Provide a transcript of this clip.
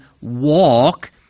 walk